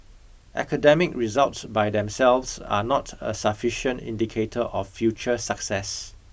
academic results by themselves are not a sufficient indicator of future success